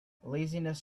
laziness